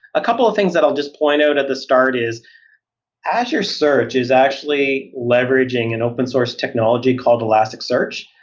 a couple of things that i'll just point out at the start is azure search is actually leveraging an open-source technology called elasticsearch.